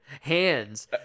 hands